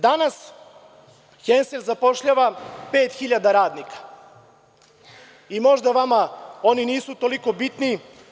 Danas „Hensel“ zapošljava 5.000 radnika i možda vama oni nisu toliko bitni.